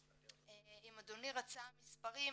אם אדוני רצה מספרים,